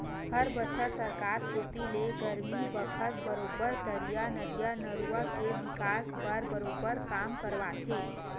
हर बछर सरकार कोती ले गरमी बखत बरोबर तरिया, नदिया, नरूवा के बिकास बर बरोबर काम करवाथे